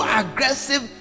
aggressive